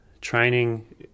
training